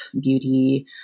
beauty